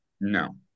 No